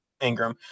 Ingram